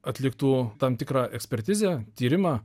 atliktų tam tikrą ekspertizę tyrimą